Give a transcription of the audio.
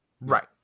Right